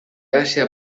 asia